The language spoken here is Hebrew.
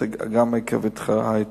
אתה יכול לענות מהמיקרופון,